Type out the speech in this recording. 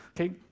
Okay